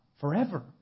forever